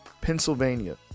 Pennsylvania